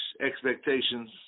expectations